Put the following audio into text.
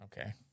Okay